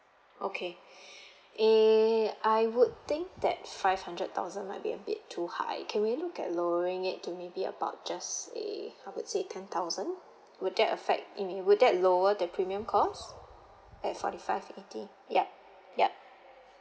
okay eh I would think that five hundred thousand might be a bit too high can we look at lowering it to maybe about just eh how to say ten thousand would that affect would that lower the premium cost at forty five eighty yup yup